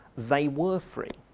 they were free.